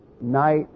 night